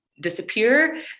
disappear